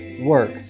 work